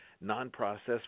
non-processed